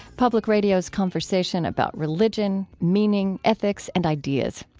public radio's conversation about religion, meaning, ethics, and ideas.